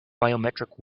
biometric